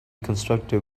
constructive